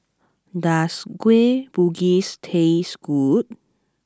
does Kueh Bugis taste good